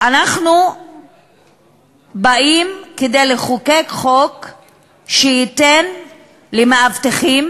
אנחנו באים כדי לחוקק חוק שייתן למאבטחים